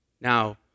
Now